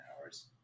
hours